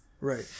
Right